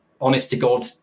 honest-to-God